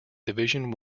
division